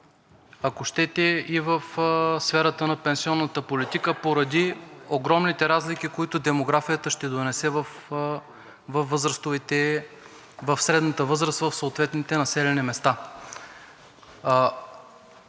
ако щете и в сферата на пенсионната политика поради огромните разлики, които демографията ще донесе в средната възраст в съответните населени места.